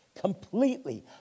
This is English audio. Completely